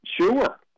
Sure